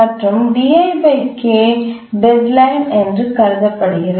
மற்றும் டெட்லைன் என்று கருதப்படுகிறது